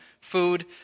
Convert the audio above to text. food